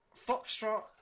Foxtrot